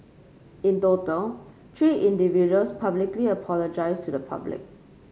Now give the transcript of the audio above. in total three individuals publicly apologised to the public